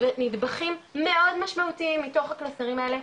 ונדבכים מאוד משמעותיים מתוך הקלסרים האלה,